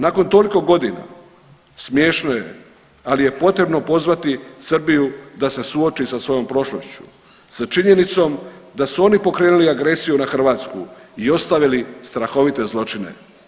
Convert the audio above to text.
Nakon toliko godina smiješno je, ali je potrebno pozvati Srbiju da se suoči sa svojom prošlošću, sa činjenicom da su oni pokrenuli agresiju na Hrvatsku i ostavili strahovite zločine.